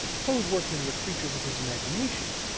poe's workmen were creatures of his imagination,